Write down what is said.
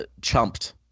Chumped